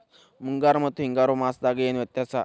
ಮುಂಗಾರು ಮತ್ತ ಹಿಂಗಾರು ಮಾಸದಾಗ ಏನ್ ವ್ಯತ್ಯಾಸ?